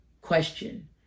question